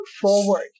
forward